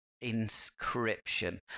Inscription